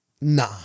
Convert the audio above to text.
Nah